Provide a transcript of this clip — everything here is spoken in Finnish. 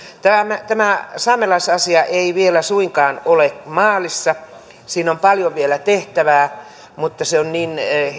tämä tämä saamelaisasia ei vielä suinkaan ole maalissa siinä on paljon vielä tehtävää mutta se on niin